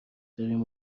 داریم